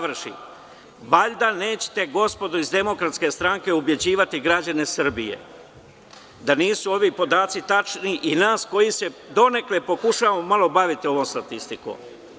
Valjda nećete, gospodo iz DS, ubeđivati građane Srbije da nisu ovi podaci tačni i nas, koji se donekle pokušavamo baviti ovom statistikom?